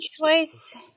choice